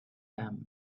them